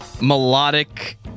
melodic